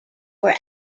were